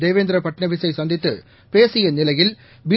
தேவேந்திர பட்நவிஸ் ஐ சந்தித்துப் பேசிய நிலையில் பி